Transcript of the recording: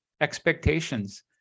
expectations